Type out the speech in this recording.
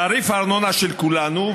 תעריף הארנונה של כולנו,